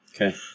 Okay